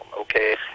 okay